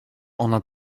ona